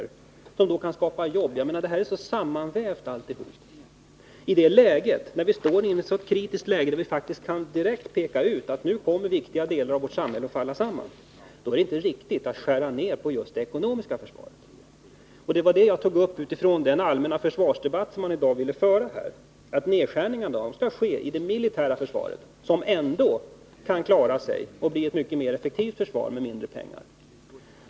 Därmed skapar man också jobb. Allt detta är sammanvävt. När vi nu befinner oss i ett så kritiskt läge, när vi faktiskt direkt kan peka på att viktiga delar av vårt samhälle kommer att falla samman, så är det inte riktigt att skära ner inom just det ekonomiska försvaret. Vad jag tog upp, med utgångspunkt från den allmänna försvarsdebatt man i dag ville föra, var att nedskärningarna skall ske i det militära försvaret, som ändå kan klara sig och bli ett mycket mer effektivt försvar med mindre pengar.